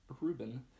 Ruben